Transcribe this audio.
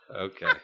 Okay